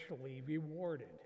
rewarded